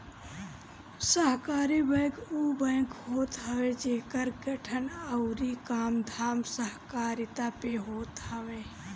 सहकारी बैंक उ बैंक होत हवे जेकर गठन अउरी कामधाम सहकारिता पे होत हवे